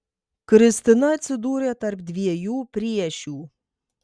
kristina atsidūrė tarp dviejų priešių